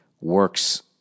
works